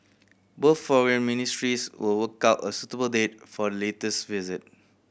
both foreign ministries will work out a suitable date for the latter's visit